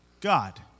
God